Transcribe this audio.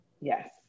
Yes